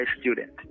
student